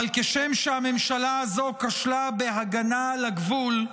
אבל כשם שהממשלה הזאת כשלה בהגנה על הגבול,